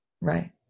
Right